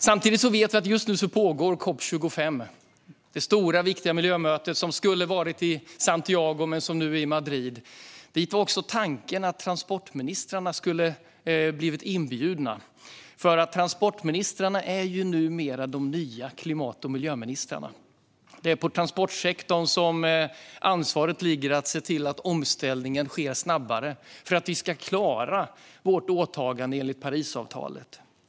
Samtidigt pågår COP 25, det stora, viktiga miljömöte som skulle vara i Santiago men nu är i Madrid. Tanken var att också transportministrarna skulle bjudas in eftersom transportministrarna är de nya klimat och miljöministrarna. Det är på transportsektorn ansvaret ligger att se till att omställningen sker snabbare för att vi ska klara vårt åtagande enligt Parisavtalet.